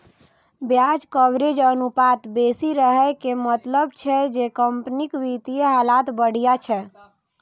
ब्याज कवरेज अनुपात बेसी रहै के मतलब छै जे कंपनीक वित्तीय हालत बढ़िया छै